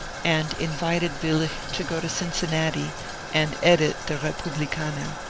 and invited willich to go to cincinnati and edit the eepublikaner.